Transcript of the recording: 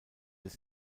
des